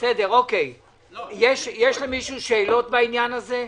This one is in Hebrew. יש למישהו שאלות בעניין הזה?